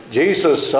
jesus